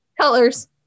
Colors